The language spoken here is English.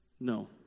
No